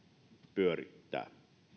pyörittävät